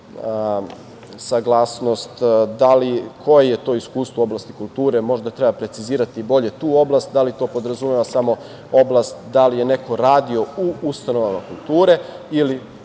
saglasnost koje je to iskustvo u oblasti kulture, možda treba precizirati bolje tu oblast, da li to podrazumeva samo oblast da li je neko radio u ustanovama kulture ili